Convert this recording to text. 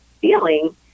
feeling